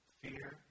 Fear